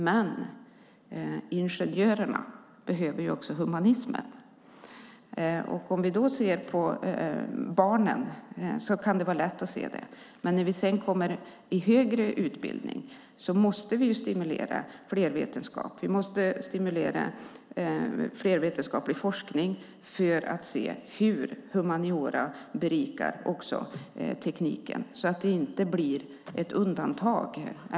Men ingenjörerna behöver också humanismen. Om vi ser på barnen kan det var lätt att se det. Men när vi kommer till högre utbildning måste vi stimulera flervetenskap. Vi måste stimulera flervetenskaplig forskning för att se hur humaniora berikar också tekniken, så att det inte blir ett undantag.